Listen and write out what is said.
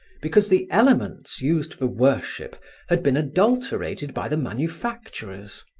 because the elements used for worship had been adulterated by the manufacturers.